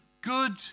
good